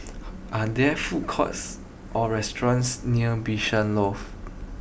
are there food courts or restaurants near Bishan Loft